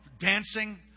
dancing